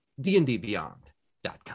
dndbeyond.com